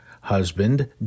husband